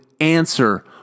answer